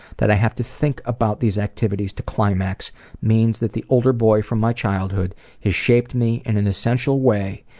that i have to think about these activities to climax means that the older boy from my childhood has shaped me in an essential way,